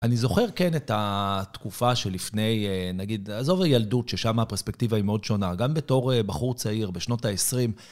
אני זוכר כן את התקופה שלפני, נגיד, עזוב הילדות, ששם הפרספקטיבה היא מאוד שונה, גם בתור בחור צעיר, בשנות ה-20.